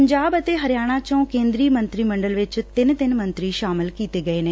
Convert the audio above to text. ਪੰਜਾਬ ਅਤੇ ਹਰਿਆਣਾ ਚੋ ਕੇਂਦਰੀ ਮੰਤਰੀ ਮੰਡਲ ਵਿਚ ਤਿੰਨ ਤਿੰਨ ਮੰਤਰੀ ਸ਼ਾਮਲ ਕੀਤੇ ਗਏ ਨੇ